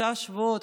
שלושה שבועות,